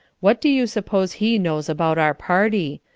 what do you suppose he knows about our party?